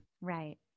Right